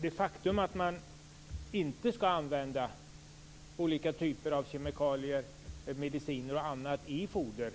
Vi skall inte använda olika typer av kemikalier, mediciner och annat i foder